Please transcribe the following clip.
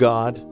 God